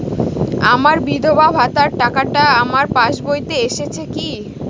আমার বিধবা ভাতার টাকাটা আমার পাসবইতে এসেছে কি?